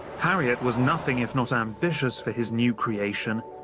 harriot was nothing if not ambitious for his new creation.